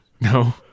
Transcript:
No